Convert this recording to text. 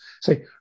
say